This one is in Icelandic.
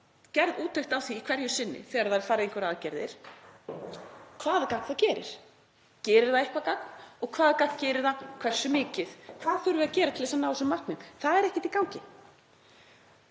gerð úttekt á því hverju sinni þegar það er farið í einhverjar aðgerðir hvaða gagn það gerir. Gerir það eitthvert gagn og hvaða gagn gerir það og hversu mikið? Hvað þurfum við að gera til þess að ná þessum markmiðum? Það er ekkert í gangi.